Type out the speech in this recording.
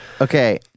Okay